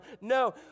no